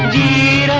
the